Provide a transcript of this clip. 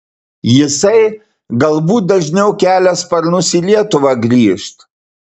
jisai galbūt dažniau kelia sparnus į lietuvą grįžt